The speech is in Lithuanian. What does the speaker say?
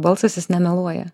balsas jis nemeluoja